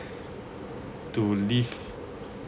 to live